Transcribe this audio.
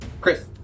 Chris